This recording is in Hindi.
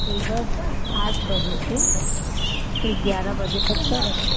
सुबह आठ बजे से यह ग्यारह बजे तक का रहता है